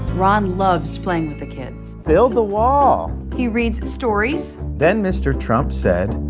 ron loves playing with the kids build the wall he reads stories then mr. trump said,